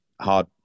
hard